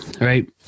right